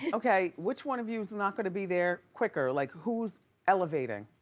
okay, which one of you's and not gonna be there quicker? like, who's elevating?